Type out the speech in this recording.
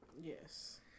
Yes